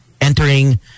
entering